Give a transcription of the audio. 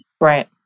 Right